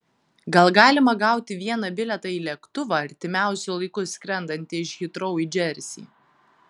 gal galima gauti vieną bilietą į lėktuvą artimiausiu laiku skrendantį iš hitrou į džersį